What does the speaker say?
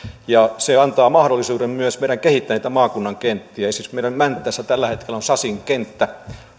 se antaa mahdollisuuden meidän kehittää myös näitä maakuntien kenttiä esimerkiksi meillä mäntässä on tällä hetkellä sassin kenttä